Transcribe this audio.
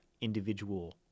individual